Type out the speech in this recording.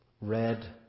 red